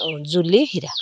ଜୁଲି ହୀରା